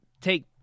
take